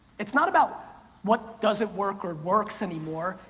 it's not about what doesn't work or works anymore,